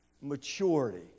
maturity